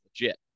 legit